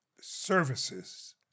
services